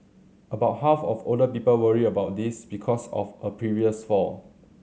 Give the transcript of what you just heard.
about half of older people worry about this because of a previous fall